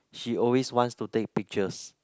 she always wants to take pictures